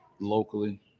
locally